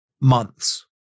months